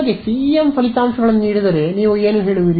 ನಿಮಗೆ ಸಿಇಎಂ ಫಲಿತಾಂಶಗಳನ್ನು ನೀಡಿದರೆ ನೀವು ಏನು ಹೇಳುವಿರಿ